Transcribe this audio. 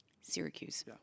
Syracuse